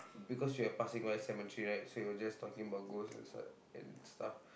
because we are passing by cemetery right so he was just talking about ghost and stuff